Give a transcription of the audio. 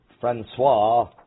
Francois